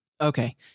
Okay